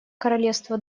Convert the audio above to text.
королевство